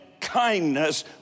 kindness